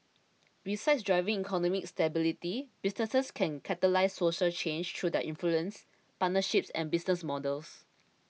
besides driving economic stability businesses can catalyse social change through their influence partnerships and business models